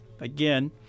Again